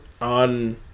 on